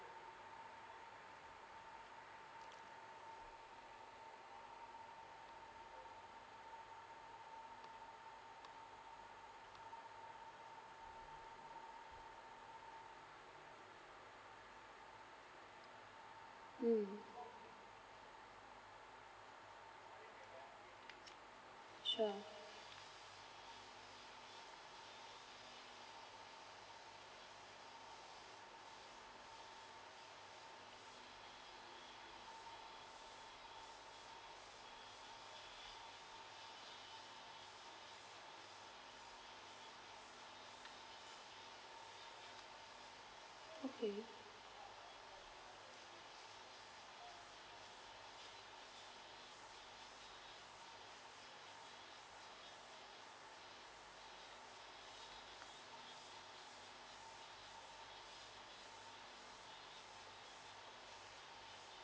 mm sure okay